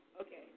okay